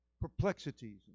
perplexities